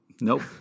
Nope